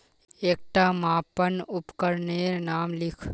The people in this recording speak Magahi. एकटा मापन उपकरनेर नाम लिख?